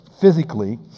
physically